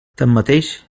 tanmateix